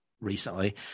recently